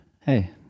hey